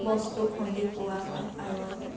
বস্তু খুন্দি খুওৱা হয় আৰু